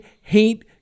hate